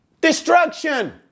Destruction